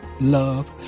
love